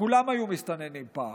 כולם פה היו מסתננים פעם,